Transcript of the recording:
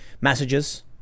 Messages